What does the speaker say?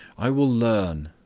i will learn.